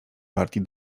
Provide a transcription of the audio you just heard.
partii